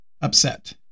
upset